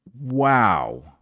wow